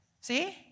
See